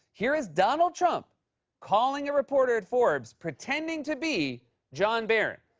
here is donald trump calling a reporter at forbes, pretending to be john barron.